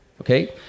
Okay